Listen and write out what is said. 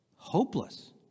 Hopeless